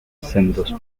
sendos